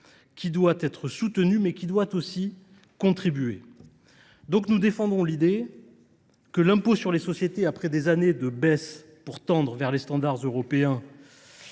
qui doit être soutenu, mais qui doit aussi contribuer. Nous défendons donc l’idée que l’impôt sur les sociétés, après des années de baisse pour tendre vers les standards européens